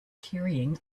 carrying